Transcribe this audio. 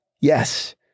Yes